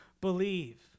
believe